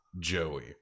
joey